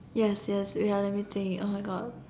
yes yes wait ah let me think oh my god